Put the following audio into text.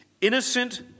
innocent